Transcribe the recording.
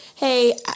Hey